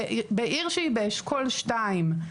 בעיר שהיא באשכול שתיים.